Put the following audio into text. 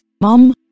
mom